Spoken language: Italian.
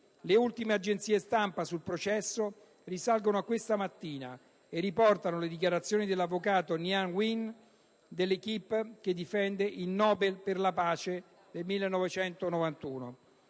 Le ultime agenzie stampa sul processo risalgono a questa mattina e riportano le dichiarazioni dell'avvocato Nyan Win dell'*equipe* che difende la Nobel per la pace 1991.